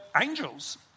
angels